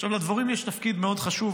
עכשיו, לדבורים יש תפקיד מאוד חשוב.